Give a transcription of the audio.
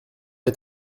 est